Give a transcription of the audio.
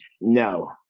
no